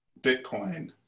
Bitcoin